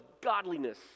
godliness